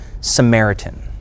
Samaritan